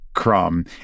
Crumb